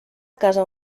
casa